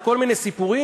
וכל מיני סיפורים?